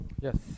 Yes